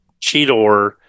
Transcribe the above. Cheetor